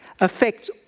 affects